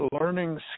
learning